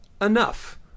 enough